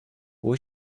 who